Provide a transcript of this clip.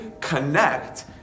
connect